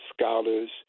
scholars